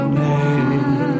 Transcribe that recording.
name